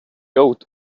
owed